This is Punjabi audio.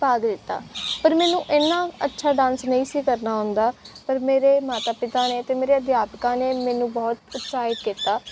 ਭਾਗ ਲਿੱਤਾ ਪਰ ਮੈਨੂੰ ਇੰਨਾਂ ਅੱਛਾ ਡਾਂਸ ਨਹੀਂ ਸੀ ਕਰਨਾ ਆਉਂਦਾ ਪਰ ਮੇਰੇ ਮਾਤਾ ਪਿਤਾ ਨੇ ਅਤੇ ਮੇਰੇ ਅਧਿਆਪਕਾਂ ਨੇ ਮੈਨੂੰ ਬਹੁਤ ਉਤਸ਼ਾਹਿਤ ਕੀਤਾ